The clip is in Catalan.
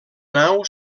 nau